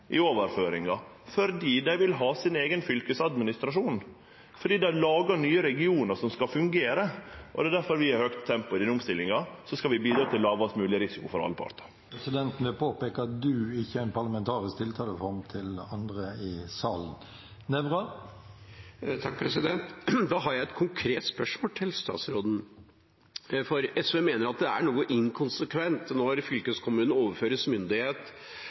i overføringa fordi dei vil ha sin eigen fylkesadministrasjon, fordi det er laga nye regionar som skal fungere, og det er difor vi har høgt tempo i den omstillinga. Så skal vi bidra til lågast mogleg risiko for alle partar. Da har jeg et konkret spørsmål til statsråden. SV mener at det er noe inkonsekvent når fylkeskommunene overføres myndighet til